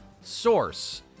source